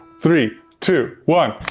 three, two, one